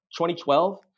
2012